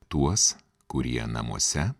tuos kurie namuose